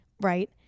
right